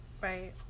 Right